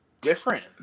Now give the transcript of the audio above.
different